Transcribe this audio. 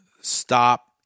Stop